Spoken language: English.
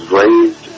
raised